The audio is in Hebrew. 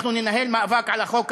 אנחנו ננהל מאבק על החוק הנורא,